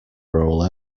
rural